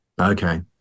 okay